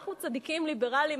אנחנו צדיקים ליברלים,